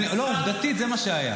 עובדתית זה מה שהיה.